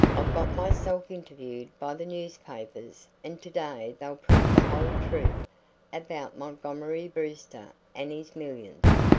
i've got myself interviewed by the newspapers and to-day they'll print the whole truth about montgomery brewster and his millions.